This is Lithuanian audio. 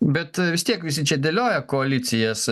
bet vis tiek visi čia dėlioja koalicijas